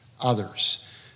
others